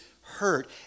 hurt